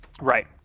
Right